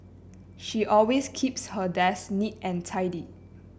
she always keeps her desk neat and tidy